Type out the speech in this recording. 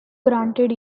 granted